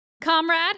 Comrade